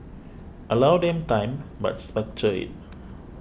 allow them time but structure it